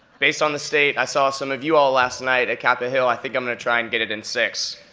based on the state i saw some of you all last night at kappa hill, i think i'm gonna try and get it in six.